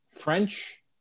French